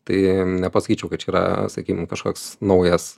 tai nepasakyčiau kad čia yra sakykim kažkoks naujas